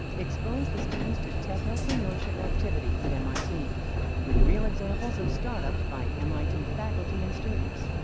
exposed the students to technoprenuership activities at mit with real examples of startups by mit faculty and students.